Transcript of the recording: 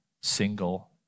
single